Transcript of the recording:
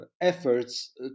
efforts